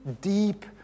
deep